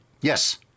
Yes